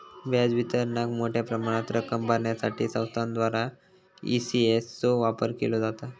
व्याज वितरणाक मोठ्या प्रमाणात रक्कम भरण्यासाठी संस्थांद्वारा ई.सी.एस चो वापर केलो जाता